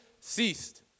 ceased